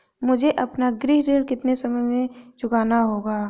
मुझे अपना गृह ऋण कितने समय में चुकाना होगा?